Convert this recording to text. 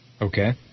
Okay